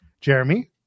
Jeremy